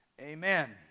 Amen